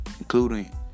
including